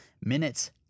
minutes